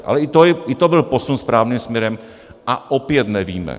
Ale i to byl posun správným směrem, a opět nevíme.